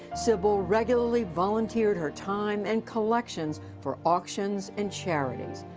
sybil regularly volunteered her time and collections for auctions and charities.